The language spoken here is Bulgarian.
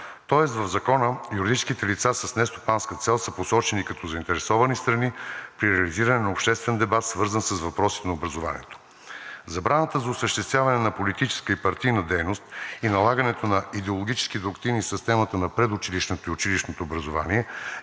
Тоест в Закона юридическите лица с нестопанска цел са посочени като заинтересовани страни при реализиране на обществен дебат, свързан с въпросите на образованието. Забраната за осъществяване на политическа и партийна дейност и налагането на идеологически доктрини в системата на предучилищното и училищното образование